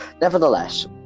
Nevertheless